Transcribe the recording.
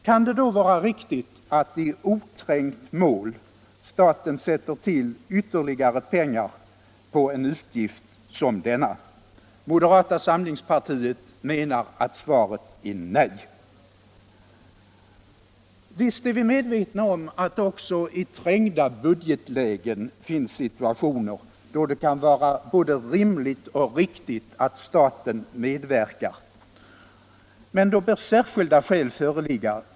Kan det då vara riktigt att staten i oträngt mål sätter till ytterligare — Nr 35 pengar på en uppgift som denna? Moderata samlingspartiet menar att Onsdagen den svaret är nej. Visst är vi medvetna om att det också i trängda budgetlägen 12 mars 1975 uppstår situationer då det kan vara både rimligt och riktigt att staten = LL medverkar, men då bör särskilda skäl föreligga.